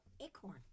acorn